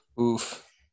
oof